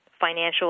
financial